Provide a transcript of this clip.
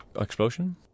explosion